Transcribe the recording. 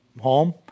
home